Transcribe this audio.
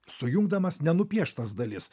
sujungdamas nenupieštas dalis